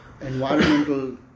environmental